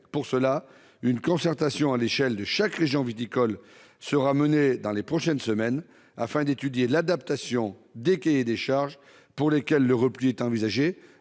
Pour cela, une concertation à l'échelle de chaque région viticole sera menée dans les prochaines semaines afin d'étudier l'adaptation des cahiers des charges pour lesquels le repli est envisagé.